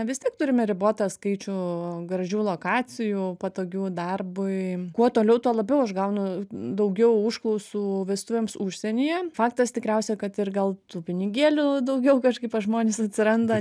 vis tiek turime ribotą skaičių gražių lokacijų patogių darbui kuo toliau tuo labiau aš gaunu daugiau užklausų vestuvėms užsienyje faktas tikriausia kad ir gal tų pinigėlių daugiau kažkaip pas žmones atsiranda